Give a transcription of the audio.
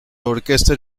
orquesta